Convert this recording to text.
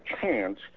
chance